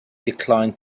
declined